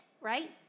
right